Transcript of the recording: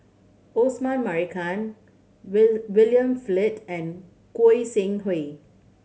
Osman Merican William Flint and Goi Seng Hui